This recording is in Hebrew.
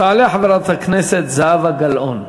תעלה חברת הכנסת זהבה גלאון.